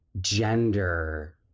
gender